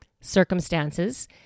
circumstances